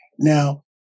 Now